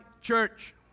church